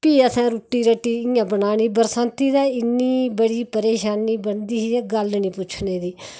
फिह् आसे रुट्टी रट्टी बनानी बरसांती ते इन्नी बड्डी परेशानी बनदी ही के गल्ल नेईं पुच्छो